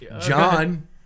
John